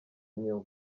inyuma